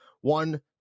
one